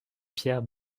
pierre